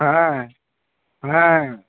হ্যাঁ হ্যাঁ